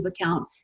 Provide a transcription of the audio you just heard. account